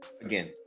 again